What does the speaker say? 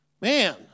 Man